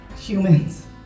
humans